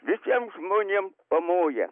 visiem žmonėm pamoja